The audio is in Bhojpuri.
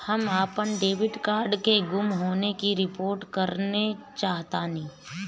हम अपन डेबिट कार्ड के गुम होने की रिपोर्ट करे चाहतानी